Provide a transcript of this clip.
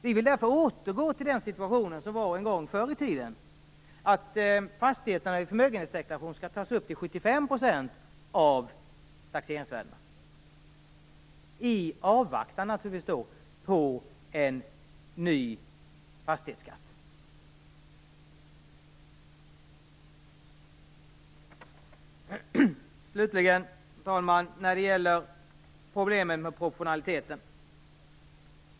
Vi vill därför återgå till den situation som rådde förr i tiden, dvs. att fastigheterna i förmögenhetsdeklarationen skall tas upp till 75 % av taxeringsvärdena, naturligtvis i avvaktan på en ny fastighetsskatt. Slutligen, herr talman, problemen med proportionaliteten.